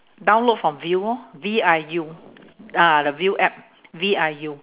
download from viu lor V I U ah the viu app V I U